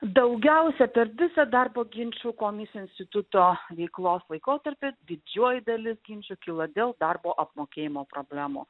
daugiausia per visą darbo ginčų komisijų instituto veiklos laikotarpį didžioji dalis ginčų kyla dėl darbo apmokėjimo problemų